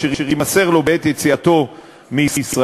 אשר יימסר לו בעת יציאתו מישראל.